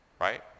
right